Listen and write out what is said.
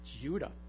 Judah